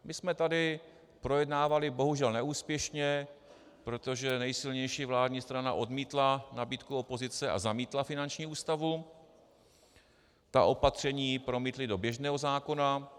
My jsme tady projednávali, bohužel neúspěšně, protože nejsilnější vládní strana odmítla nabídku opozice a zamítla finanční ústavu, ta opatření promítli do běžného zákona.